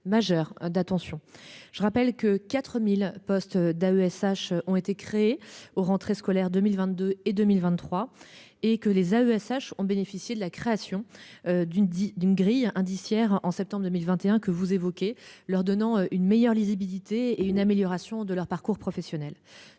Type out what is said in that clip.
majeur d'attention. Je rappelle que 4000 postes d'AESH ont été créés au rentrée scolaire 2022 et 2023 et que les AESH ont bénéficié de la création d'une 10 d'une grille indiciaire. En septembre 2021 que vous évoquez, leur donnant une meilleure lisibilité et une amélioration de leur parcours professionnel,